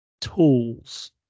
tools